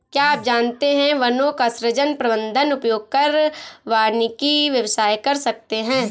क्या आप जानते है वनों का सृजन, प्रबन्धन, उपयोग कर वानिकी व्यवसाय कर सकते है?